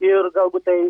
ir galbūt tai